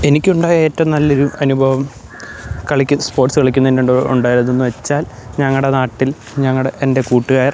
എനിക്കുണ്ടായ ഏറ്റവും നല്ലൊരു അനുഭവം കളിക്ക് സ്പോർട്സ് കളിക്കുന്നതിനിടെ ഉണ്ടായതെന്ന് വെച്ചാൽ ഞങ്ങളുടെ നാട്ടിൽ ഞങ്ങളുടെ എൻ്റെ കൂട്ടുകാർ